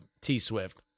T-Swift